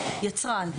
יצרן,